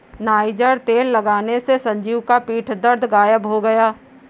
niger तेल लगाने से संजीव का पीठ दर्द गायब हो गया